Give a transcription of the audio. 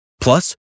Plus